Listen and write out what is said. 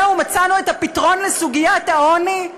זהו, מצאנו את הפתרון לסוגיית העוני?